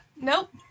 nope